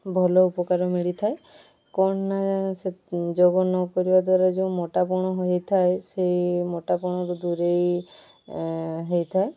ଭଲ ଉପକାର ମିଳିଥାଏ କ'ଣ ନା ଯୋଗ ନ କରିବା ଦ୍ୱାରା ଯେଉଁ ମୋଟାପଣ ହୋଇଥାଏ ସେହି ମୋଟାପଣରୁ ଦୂରେଇ ହୋଇଥାଏ